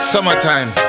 Summertime